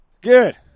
Good